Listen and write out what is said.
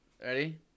ready